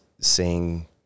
seeing